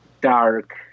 dark